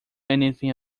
anything